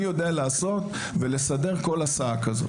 אני יודע לעשות ולסדר כל הסעה כזאת.